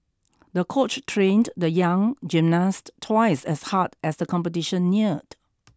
the coach trained the young gymnast twice as hard as the competition neared